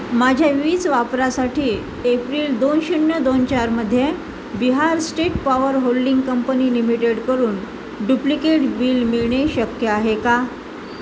माझ्या वीज वापरासाठी एप्रिल दोन शून्य दोन चारमध्ये Bihar state power holding company limited करून डुप्लिकेट बिल मिळणे शक्य आहे का